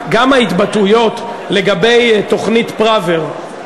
גם ההתבטאויות לגבי תוכנית פראוור,